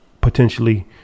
potentially